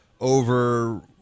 over